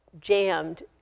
jammed